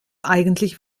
eigentlich